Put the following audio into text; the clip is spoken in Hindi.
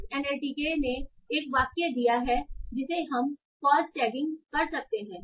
इस एनएलटीके ने एक वाक्य दीया है जिसे हम पॉज टैगिंग कर सकते हैं